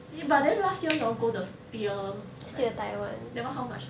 eh but then last year y'all go the steer that [one] how much